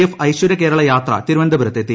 F ഐശ്വരൃകേരള യാത്ര തിരുവനന്തപുരത്തെത്തി